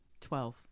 Twelve